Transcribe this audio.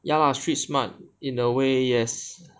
ya lah street smart in a way yes